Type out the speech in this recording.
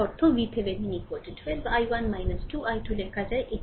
এর অর্থ VThevenin 12 i 1 2 i 2 লেখা যায়